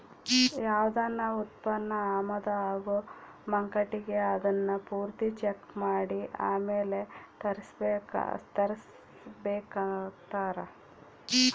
ಯಾವ್ದನ ಉತ್ಪನ್ನ ಆಮದು ಆಗೋ ಮುಂಕಟಿಗೆ ಅದುನ್ನ ಪೂರ್ತಿ ಚೆಕ್ ಮಾಡಿ ಆಮೇಲ್ ತರಿಸ್ಕೆಂಬ್ತಾರ